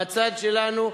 בצד שלנו,